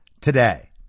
today